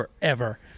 forever